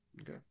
Okay